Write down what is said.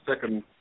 second